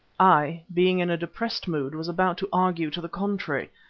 i, being in a depressed mood, was about to argue to the contrary,